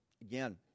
again